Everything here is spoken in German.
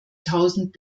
tausend